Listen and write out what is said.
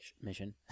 mission